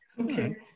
Okay